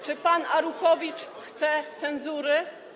Czy pan Arłukowicz chce cenzury?